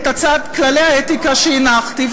את הצעת כללי האתיקה שהנחתי,